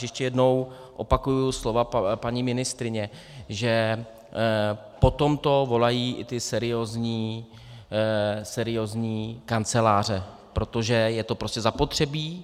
Ještě jednou opakuji slova paní ministryně, že po tomto volají i seriózní kanceláře, protože je to prostě zapotřebí.